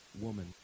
woman